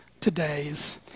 today's